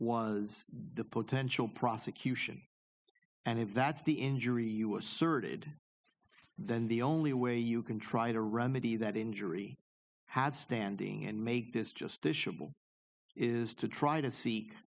was the potential prosecution and that's the injury you asserted then the only way you can try to remedy that injury had standing and make this justice is to try to se